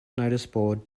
noticeboard